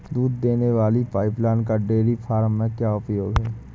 दूध देने वाली पाइपलाइन का डेयरी फार्म में क्या उपयोग है?